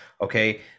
Okay